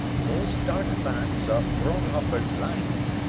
those dark bands are fraunhofer's lines,